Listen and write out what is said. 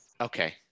Okay